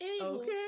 Okay